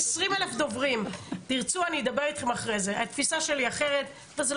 התפיסה שלי אחרת.